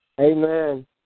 Amen